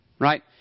right